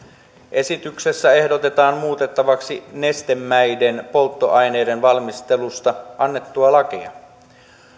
esityksessä ehdotetaan muutettavaksi nestemäisten polttoaineiden valmisteverosta annettua lakia